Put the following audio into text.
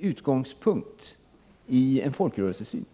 utgångspunkt i en folkrörelsesyn.